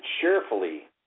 cheerfully